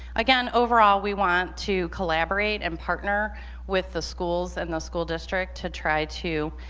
again overall we want to collaborate and partner with the schools and the school district to try to